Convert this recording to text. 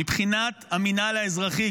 מבחינת המינהל האזרחי,